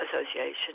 Association